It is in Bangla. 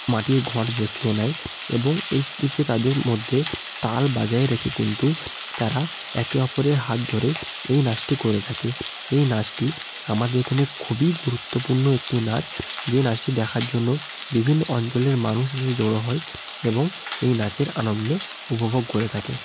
মাটির ঘট বসিয়ে নেয় এবং এই দিকে তাদের মধ্যে তাল বজায় রেখে কিন্তু তারা একে অপরের হাত ধরেই এই নাচটি করে থাকে এই নাচটি আমাদের এখানে খুবই গুরুত্বপূর্ণ একটি নাচ যে নাচটি দেখার জন্য বিভিন্ন অঞ্চলের মানুষ এসে জড় হয় এবং এই নাচের আনন্দ উপভোগ করে থাকে